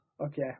Okay